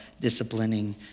disciplining